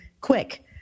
quick